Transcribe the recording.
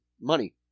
money